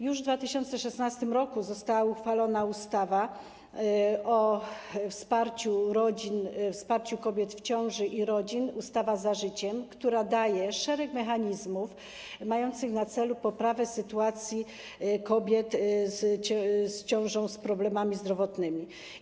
Już w 2016 r. została uchwalona ustawa o wsparciu rodzin, o wsparciu kobiet w ciąży i rodzin, ustawa opowiadająca się za życiem, która daje szereg mechanizmów mających na celu poprawę sytuacji kobiet z ciążą z problemami zdrowotnymi.